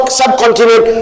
subcontinent